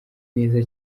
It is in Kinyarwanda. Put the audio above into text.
neza